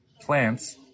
plants